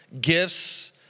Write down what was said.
gifts